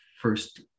first